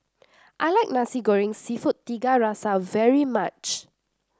I like Nasi Goreng seafood Tiga Rasa very much